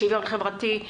שוויון חברתי,